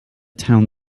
town